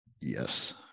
Yes